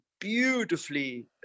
beautifully